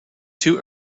too